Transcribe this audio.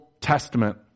Testament